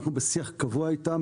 אנחנו בשיח קבוע איתם,